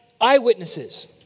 eyewitnesses